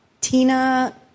Tina